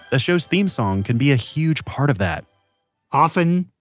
a show's theme song can be a huge part of that often,